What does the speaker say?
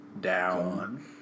down